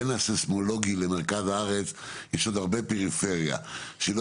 בין הסיימולוגי למרכז הארץ יש עוד הרבה פריפריה שלא